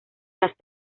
las